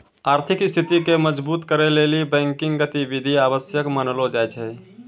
आर्थिक स्थिति के मजबुत करै लेली बैंकिंग गतिविधि आवश्यक मानलो जाय छै